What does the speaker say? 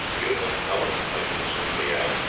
even with a cover a pipe would soon be out.